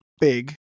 big